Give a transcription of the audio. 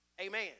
Amen